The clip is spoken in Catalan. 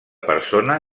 persona